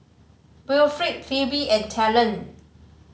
Wilfrid Phebe and Talen